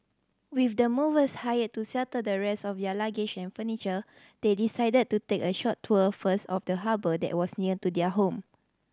with the movers hired to settle the rest of their luggage and furniture they decided to take a short tour first of the harbour that was near to their home